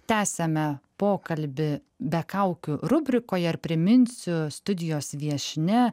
tęsiame pokalbį be kaukių rubrikoje ir priminsiu studijos viešnia